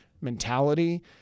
mentality